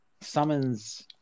summons